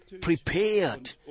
prepared